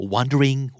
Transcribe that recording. Wondering